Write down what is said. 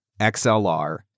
XLR